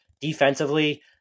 defensively